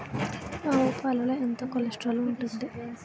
ఆవు పాలలో ఎంత కొలెస్ట్రాల్ ఉంటుంది?